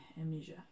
amnesia